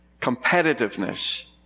Competitiveness